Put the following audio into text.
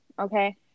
okay